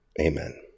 Amen